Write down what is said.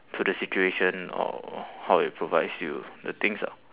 to the situation or how it provides you the things lah